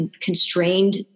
constrained